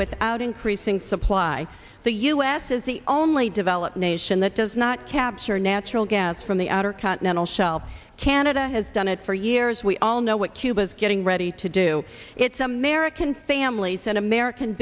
without increasing supply the u s is the only developed nation that does not capture natural gas from the outer continental shelf canada has done it for years we all know what cuba's getting ready to do it's american families and american